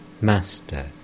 Master